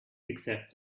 except